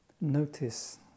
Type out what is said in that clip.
notice